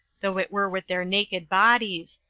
though it were with their naked bodies,